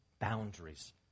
boundaries